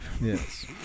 Yes